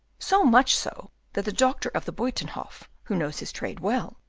so much so, that the doctor of the buytenhof, who knows his trade well,